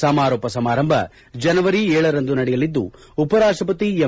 ಸಮಾರೋಪ ಸಮಾರಂಭ ಜನವರಿ ಏಳರಂದು ನಡೆಯಲಿದ್ದು ಉಪರಾಷ್ಟಪತಿ ಎಂ